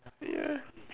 ya